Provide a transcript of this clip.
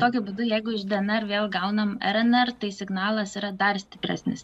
tokiu būdu jeigu iš dnr vėl gaunam rnr tai signalas yra dar stipresnis